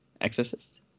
Exorcist